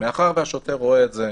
מאחר והשוטר רואה את זה,